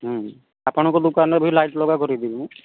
ଆପଣଙ୍କ ଦୋକାନ୍ରେ ବି ଲାଇଟ୍ ଲଗା କରେଇଦେବି